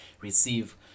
receive